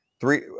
three